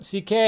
CK